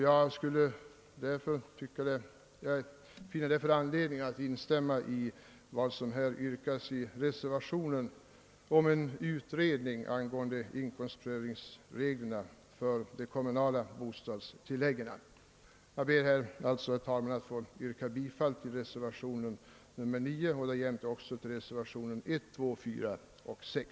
Jag vill därför instämma i yrkandet i reservationen om en utredning angående inkomstprövningsreglerna för de kommunala bostadstilläggen m.m. Herr talman! Jag ber alltså att få yrka bifall till reservationen 9 och därjämte till reservationerna 1, 2, 4 och 6.